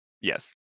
yes